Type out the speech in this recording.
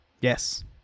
Yes